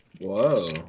Whoa